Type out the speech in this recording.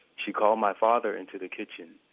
she called my father into the kitchen,